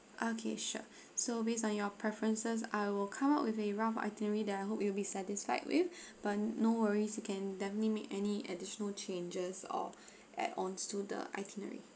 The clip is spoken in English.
okay sure so based on your preferences I will come up with a rough itinerary that I hope you will be satisfied with but no worries you can definitely make any additional changes or add ons to the itinerary